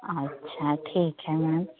अच्छा ठीक है मैम